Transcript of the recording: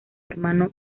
hermano